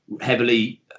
heavily